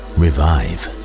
revive